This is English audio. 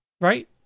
Right